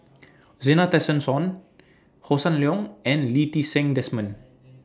Zena Tessensohn Hossan Leong and Lee Ti Seng Desmond